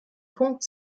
punkt